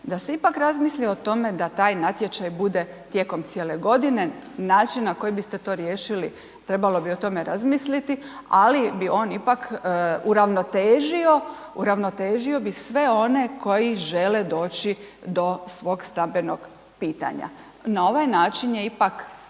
da se ipak razmisli o tome da taj natječaj bude tijekom cijele godine. Način na koji biste to riješili, trebalo bi o tome razmisliti, ali bi on ipak uravnotežio bi sve one koji žele doći do svog stambenog pitanja. Na ovaj način je ipak